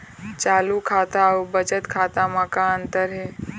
चालू खाता अउ बचत खाता म का अंतर हे?